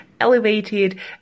elevated